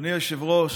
אדוני היושב-ראש,